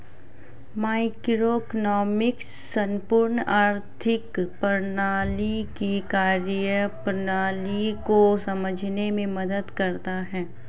macroeconomics संपूर्ण आर्थिक प्रणाली की कार्यप्रणाली को समझने में मदद करता है